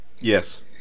Yes